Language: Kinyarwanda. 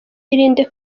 irinde